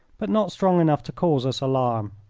but not strong enough to cause us alarm.